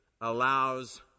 allows